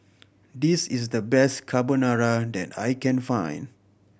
this is the best Carbonara that I can find